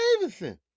Davidson